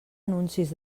anuncis